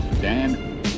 Dan